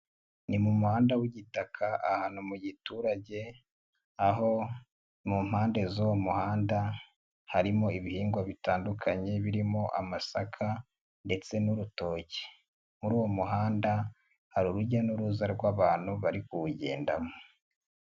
Ni mu muhanda w'igitaka ahantu mu giturage, aho mu mpande z'uwo muhanda harimo ibihingwa bitandukanye, birimo amasaka ndetse n'urutoki. Muri uwo muhanda hari urujya n'uruza rw'abantu bari kuwugendamo.